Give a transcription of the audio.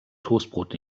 toastbrot